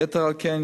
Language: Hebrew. יתר על כן,